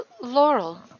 Laurel